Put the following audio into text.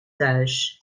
thuis